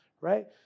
right